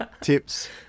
tips